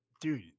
Dude